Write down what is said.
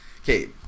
Okay